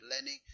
learning